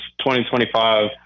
2025